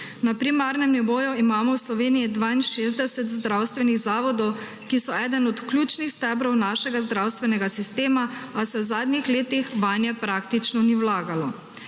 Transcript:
Na primernem nivoju imamo v Sloveniji 62 zdravstvenih zavodov, ki so eden od ključnih stebrov našega zdravstvenega sistema, a se v zadnjih letih vanje praktično ni vlagalo.